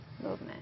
movement